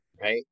right